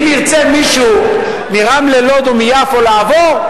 אם ירצה מישהו מרמלה-לוד או מיפו לעבור?